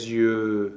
yeux